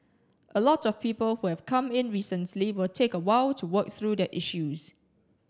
a lot of people who have come in recently will take a while to work through their issues